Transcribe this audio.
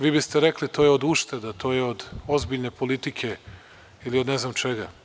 Vi biste rekli – to je od ušteda, to je od ozbiljne politike ili od ne znam od čega.